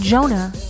Jonah